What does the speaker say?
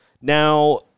Now